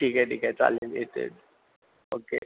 ठीक आहे ठीक आहे चालेल येतो आहे ओके